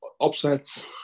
upsets